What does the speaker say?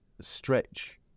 stretch